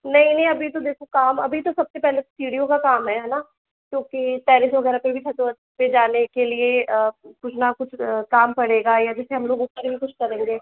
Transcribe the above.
नहीं नहीं अभी तो देखो काम अभी तो सब से पहले सीढ़ियों का काम है ना क्योंकि टेरिस वगैरह पे भी छत वत पे भी जाने के लिए कुछ न कुछ काम पड़ेगा या जैसे हम लोग ऊपर में कुछ करेंगे